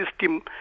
system